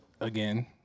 again